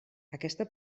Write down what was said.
aquesta